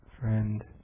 friend